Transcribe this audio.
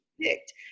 picked